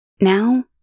Now